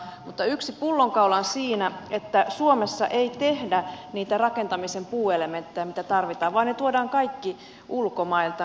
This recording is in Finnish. mutta yksi pullonkaula on siinä että suomessa ei tehdä niitä rakentamisen puuelementtejä mitä tarvitaan vaan ne tuodaan kaikki ulkomailta